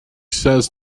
says